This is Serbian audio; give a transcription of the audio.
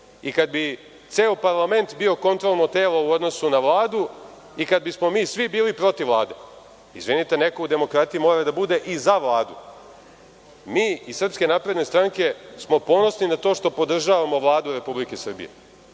i kada bi ceo parlament bio kontrolno telo u odnosu na Vladu i kada bismo svi mi bili protiv Vlade. Izvinite, neko u demokratiji mora da bude i za Vladu. Mi iz SNS smo ponosni na to što podržavamo Vladu Republike Srbije. Građani